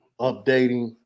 updating